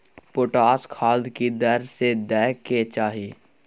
Potash खाद की दर से दै के चाही?